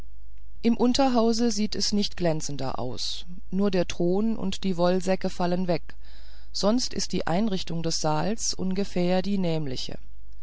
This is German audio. im unterhause sieht es nicht glänzender aus nur der thron und die wollsäcke fallen weg sonst ist die einrichtung des saals ungefähr die nämliche